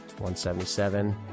177